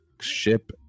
ship